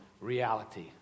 reality